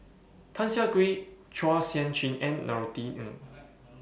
Tan Siah Kwee Chua Sian Chin and Norothy Ng